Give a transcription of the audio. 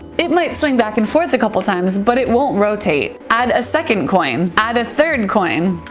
it might swing back and forth a couple times, but it won't rotate. add a second coin. add a third coin.